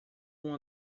uma